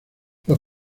los